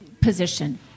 position